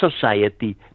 society